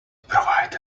provide